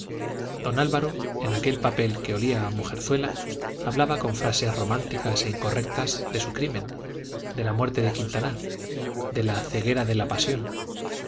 don álvaro en aquel papel que olía a mujerzuela hablaba con frases románticas e incorrectas de su crimen de la muerte de quintanar de la ceguera de la pasión